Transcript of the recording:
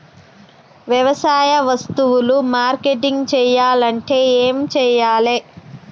వ్యవసాయ వస్తువులు మార్కెటింగ్ చెయ్యాలంటే ఏం చెయ్యాలే?